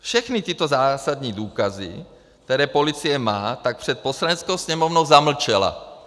Všechny tyto zásadní důkazy, které policie má, před Poslaneckou sněmovnou zamlčela.